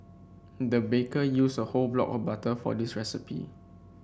the baker used a whole block of butter for this recipe